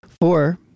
Four